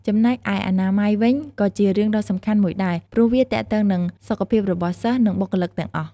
ចំណែកឯអនាម័យវិញក៏ជារឿងដ៏សំខាន់មួយដែរ ព្រោះវាទាក់ទងនឹង សុខភាពរបស់សិស្ស និងបុគ្គលិកទាំងអស់។